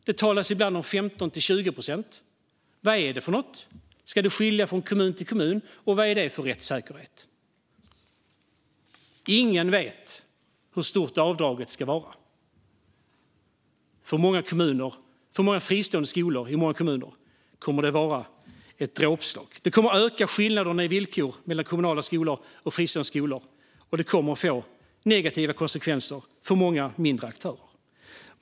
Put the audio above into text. Det talas ibland om 15-20 procent. Vad är det för något? Ska det skilja från kommun till kommun? Vad är det för rättssäkerhet? Ingen vet hur stort avdraget ska vara. För många fristående skolor i många kommuner kommer detta att vara ett dråpslag. Det kommer att öka skillnaderna i villkor mellan kommunala skolor och fristående skolor, och det kommer att få negativa konsekvenser för många mindre aktörer.